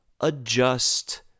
adjust